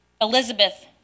Elizabeth